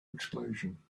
explosion